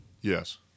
Yes